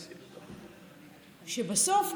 בסוף,